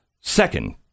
Second